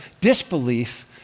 disbelief